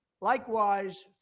Likewise